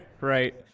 right